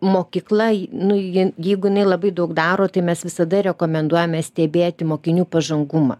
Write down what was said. mokykla nu ji jeigu jinai labai daug daro tai mes visada rekomenduojame stebėti mokinių pažangumą